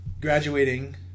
graduating